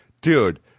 Dude